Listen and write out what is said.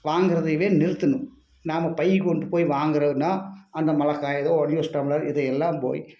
வாங்கிறதையவே நிறுத்துணும் நாம் பை கொண்டு போய் வாங்குறோன்னா அந்த மழை காகிதம் ஒன் யூஸ் டம்ளர் இது எல்லாம் போய்